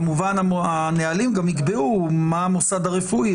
כמובן הנהלים גם ייקבעו מה המוסד הרפואי.